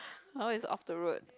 now is off the roed